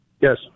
Yes